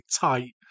tight